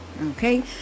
Okay